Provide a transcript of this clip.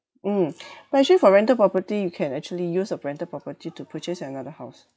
mm but actually for rental property you can actually use your rental property to purchase another house